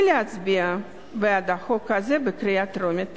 ולהצביע בעד החוק הזה בקריאה טרומית.